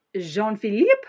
Jean-Philippe